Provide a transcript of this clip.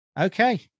Okay